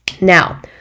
Now